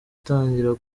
atangira